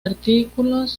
artículos